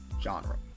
genre